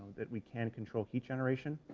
that we can control heat generation,